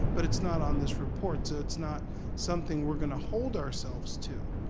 but it's not on this report, so it's not something we're gonna hold ourselves to.